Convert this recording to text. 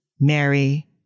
Mary